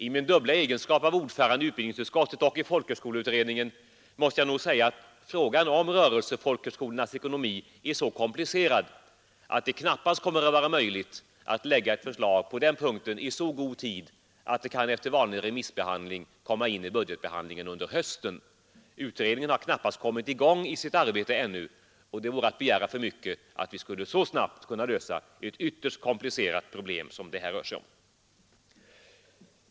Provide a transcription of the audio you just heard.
I min dubbla egenskap av ordförande i utbildningsutskottet och ordförande i folkhögskoleutredningen måste jag säga att frågan om rörelsefolkhögskolornas ekonomi är så komplicerad att det knappast kommer att vara möjligt att lägga fram ett förslag på den punkten i så god tid att det efter vanlig remissbehandling kan komma in i budgetbehandlingen under hösten. Utredningen har knappast kommit i gång i sitt arbete ännu, och det vore att begära för mycket att vi så snabbt skulle kunna lösa ett så ytterst komplicerat problem som det här rör sig om.